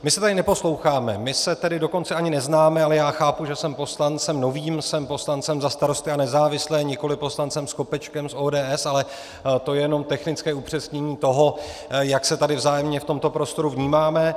My se tady neposloucháme, my se tady dokonce ani neznáme, ale já chápu, že jsem poslancem novým, jsem poslancem za Starosty a nezávislé, nikoli poslancem Skopečkem z ODS, ale to jenom technické upřesnění toho, jak se tady vzájemně v tomto prostoru vnímáme.